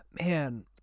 Man